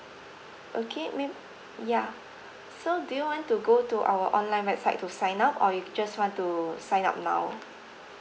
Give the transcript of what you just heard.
okay may~ ya so do you want to go to our online website to sign up or you just want to sign up now